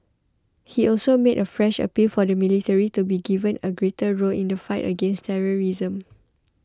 he also made a fresh appeal for the military to be given a greater role in the fight against terrorism